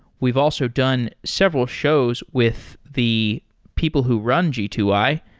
we've also done several shows with the people who run g two i,